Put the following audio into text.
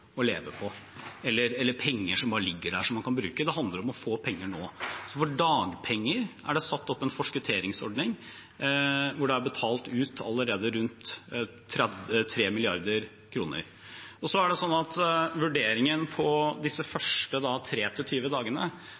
å leve av eller penger som bare ligger der som man kan bruke. Det handler om å få penger nå. For dagpenger er det satt opp en forskutteringsordning hvor det allerede er betalt ut rundt 3 mrd. kr. Når det gjelder vurderingen av disse første 3–20 dagene: Da